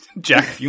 Jack